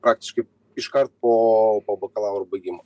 praktiškai iškart po po bakalauro baigimo